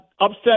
upset